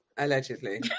Allegedly